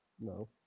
No